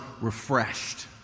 refreshed